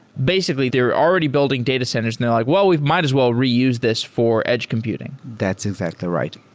basically, they're already building data centers and they're like, well, we might as well reuse this for edge computing. that's exactly right.